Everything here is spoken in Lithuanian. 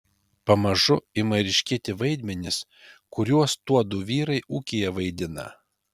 pamažu ima ryškėti vaidmenys kuriuos tuodu vyrai ūkyje vaidina